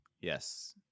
Yes